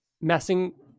messing